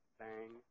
bang